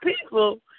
people